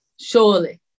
surely